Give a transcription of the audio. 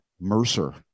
Mercer